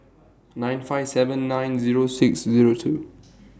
nine five seven nine Zero six Zero two